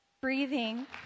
breathing